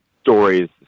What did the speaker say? stories